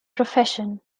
profession